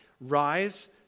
Rise